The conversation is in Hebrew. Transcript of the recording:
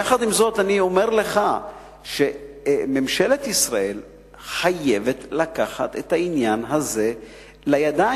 יחד עם זאת אני אומר לך שממשלת ישראל חייבת לקחת את העניין הזה לידיים.